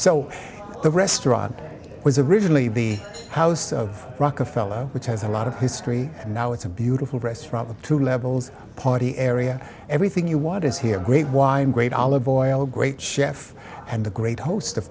so the restaurant was originally the house of rockefeller which has a lot of history and now it's a beautiful restaurant the two levels party area everything you want is here great wine great olive oil great chef and the great host of